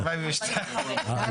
מה 42?